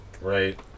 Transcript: right